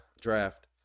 draft